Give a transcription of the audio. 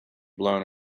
blown